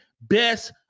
best